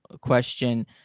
question